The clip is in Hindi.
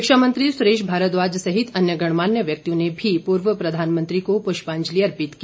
शिक्षा मंत्री सुरेश भारद्वाज सहित अन्य गणमान्य व्यक्तियों ने भी पूर्व प्रधानमंत्री को पुष्पांजलि अर्पित की